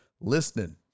listening